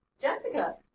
Jessica